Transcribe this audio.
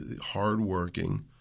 hardworking